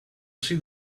see